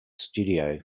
studio